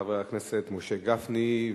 חבר הכנסת משה גפני,